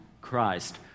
Christ